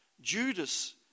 Judas